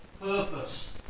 purpose